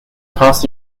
passed